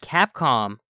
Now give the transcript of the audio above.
Capcom